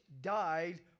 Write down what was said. died